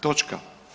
Točka.